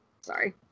sorry